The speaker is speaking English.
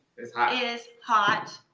it's hot. it is hot.